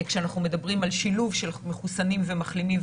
כשאנחנו מדברים על שלוב של מחוסנים ומחלימים,